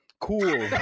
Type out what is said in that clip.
Cool